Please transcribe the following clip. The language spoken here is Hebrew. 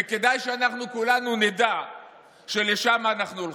וכדאי שאנחנו כולנו נדע שלשם אנחנו הולכים.